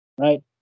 right